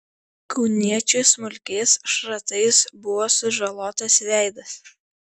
kauniečiui smulkiais šratais buvo sužalotas veidas